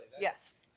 Yes